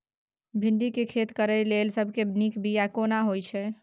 भिंडी के खेती करेक लैल सबसे नीक बिया केना होय छै?